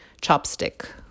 chopstick